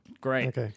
Great